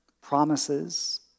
promises